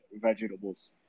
vegetables